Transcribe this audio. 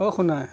অ' Sonai